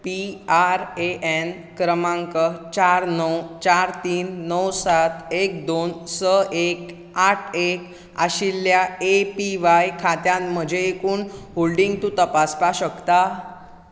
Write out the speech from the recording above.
P R A N क्रमांक चार णव चार तीन णव सात एक दोन स एक आठ एक आशिल्ल्या ए पी व्हाय खात्यांत म्हजें एकूण होल्डिंग तूं तपासपाक शकता